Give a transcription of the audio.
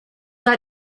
like